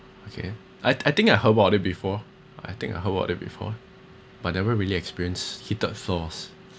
okay I I think I heard about it before I think I heard about it before but never really experience heated floors